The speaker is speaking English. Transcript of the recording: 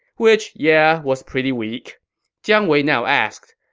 which, yeah, was pretty weak jiang wei now asked,